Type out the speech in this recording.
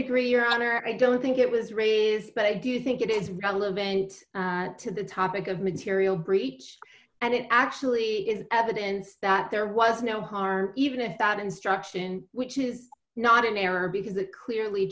agree your honor i don't think it was raised but i do think it is relevant to the topic of material breach and it actually is evidence that there was no harm even if that instruction which is not in error because it clearly